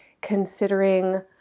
considering